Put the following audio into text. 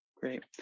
Great